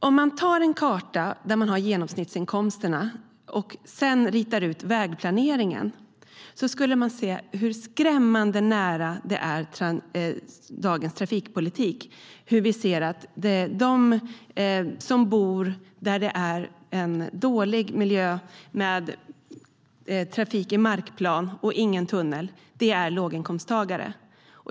Om man ritar in vägplaneringen på en karta som också visar genomsnittsinkomsterna ser man hur skrämmande dagens trafikpolitik är. De som bor där det är dålig miljö med trafik i markplan och ingen tunnel är låginkomsttagare.